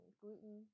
gluten